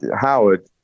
Howard